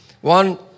one